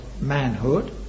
manhood